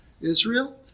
Israel